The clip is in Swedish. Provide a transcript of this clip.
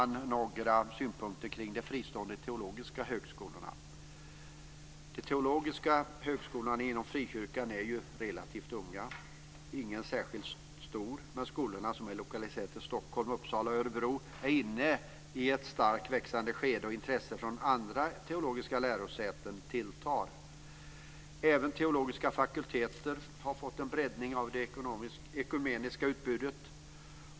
Så vill jag ge några synpunkter kring de fristående teologiska högskolorna. De teologiska högskolorna inom frikyrkan är relativt unga. Ingen är särskilt stor, men skolorna, som är lokaliserade till Stockholm, Uppsala och Örebro, växer just nu. Intresset från andra teologiska lärosäten tilltar. Även teologiska fakulteter har fått en breddning av det ekumeniska utbudet.